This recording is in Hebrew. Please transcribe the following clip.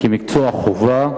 כמקצוע חובה.